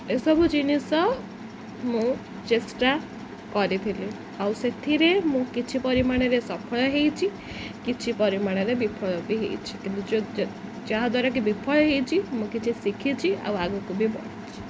ଏସବୁ ଜିନିଷ ମୁଁ ଚେଷ୍ଟା କରିଥିଲି ଆଉ ସେଥିରେ ମୁଁ କିଛି ପରିମାଣରେ ସଫଳ ହେଇଛି କିଛି ପରିମାଣରେ ବିଫଳ ବି ହେଇଛିି କିନ୍ତୁ ଯାହାଦ୍ୱାରା କିି ବିଫଳ ହେଇଛି ମୁଁ କିଛି ଶିଖିଛି ଆଉ ଆଗକୁ ବି ବଢ଼ିଛି